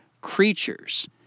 creatures